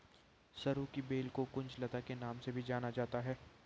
सरू की बेल को कुंज लता के नाम से भी जाना जाता है